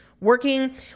working